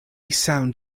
sound